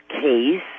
case